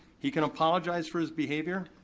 he can apologize for his behavior,